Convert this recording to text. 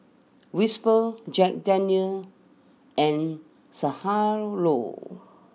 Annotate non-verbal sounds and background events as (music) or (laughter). Whisper Jack Daniel's and (unintelligible)